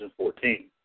2014